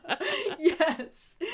Yes